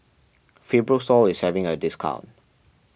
Fibrosol is having a discount